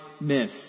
myth